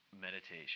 meditation